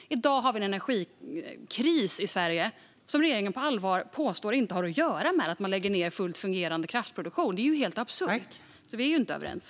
I dag har vi en energikris i Sverige som regeringen på allvar påstår inte har att göra med att man lägger ned fullt fungerande kraftproduktion. Det är ju helt absurt, så vi är inte överens.